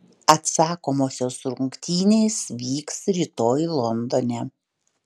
atsakomosios rungtynės vyks rytoj londone